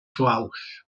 suaus